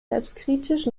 selbstkritisch